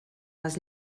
les